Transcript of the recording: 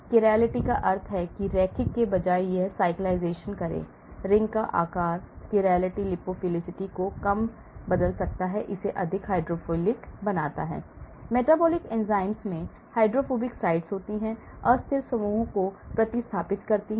chirality का अर्थ है कि रैखिक के बजाय यह cyclisation बनाता है Ring का आकार Chirality lipophilicity को कम बदल सकता है इसे अधिक हाइड्रोफिलिक बनाता है metabolic एंजाइमों में हाइड्रोफोबिक साइटें होती हैं अस्थिर समूहों को प्रतिस्थापित करती हैं